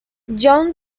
john